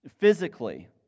physically